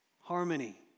harmony